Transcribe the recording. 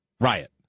Riot